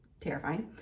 terrifying